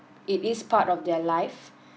it is part of their life